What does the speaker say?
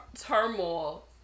turmoil